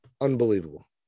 Unbelievable